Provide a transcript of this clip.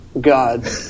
God